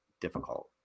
difficult